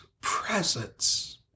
presence